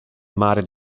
mare